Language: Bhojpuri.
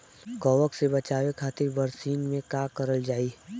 कवक से बचावे खातिन बरसीन मे का करल जाई?